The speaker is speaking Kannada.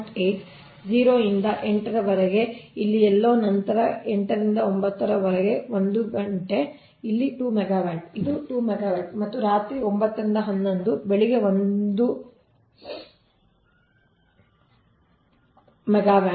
8 0 ರಿಂದ 8 ರವರೆಗೆ ಇಲ್ಲಿ ಎಲ್ಲೋ ನಂತರ 8 ರಿಂದ 9 ರವರೆಗೆ 1 ಗಂಟೆ ಇದು 2 ಮೆಗಾವ್ಯಾಟ್ ಇದು 2 ಮೆಗಾವ್ಯಾಟ್ ಮತ್ತು ರಾತ್ರಿ 9 ರಿಂದ 11 ಬೆಳಗ್ಗೆ 1 ಮೆಗಾವ್ಯಾಟ್